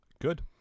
Good